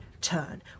turn